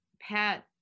Pat